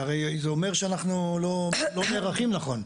זה הרי, זה אומר שאנחנו לא נערכים נכון.